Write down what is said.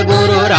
Guru